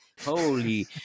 holy